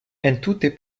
entute